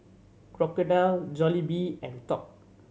Crocodile Jollibee and Top